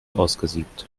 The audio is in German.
ausgesiebt